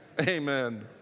Amen